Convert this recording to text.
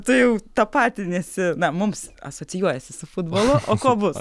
tu jau tapatiniesi na mums asocijuojiesi su futbolu o ko bus